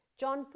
John